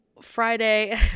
Friday